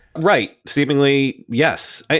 right. seemingly yes.